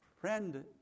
Friend